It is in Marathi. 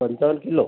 पंचावन्न किलो